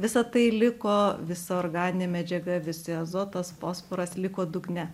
visa tai liko visa organinė medžiaga visi azotas fosforas liko dugne